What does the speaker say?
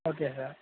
okay sir